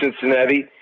Cincinnati